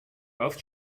both